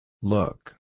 Look